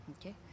okay